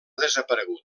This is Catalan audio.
desaparegut